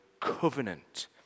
covenant